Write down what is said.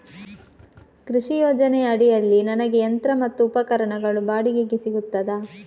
ಕೃಷಿ ಯೋಜನೆ ಅಡಿಯಲ್ಲಿ ನನಗೆ ಯಂತ್ರ ಮತ್ತು ಉಪಕರಣಗಳು ಬಾಡಿಗೆಗೆ ಸಿಗುತ್ತದಾ?